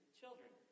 children